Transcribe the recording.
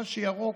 מה שירוק,